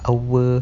our